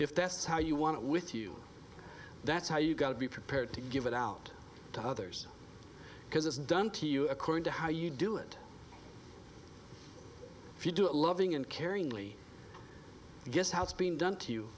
if that's how you want it with you that's how you got to be prepared to give it out to others because it's done to you according to how you do it if you do it loving and caring lee guess how it's being done to